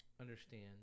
understand